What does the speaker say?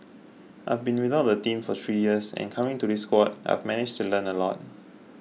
I've been without a team for three years and coming to this squad I've managed to learn a lot